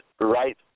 right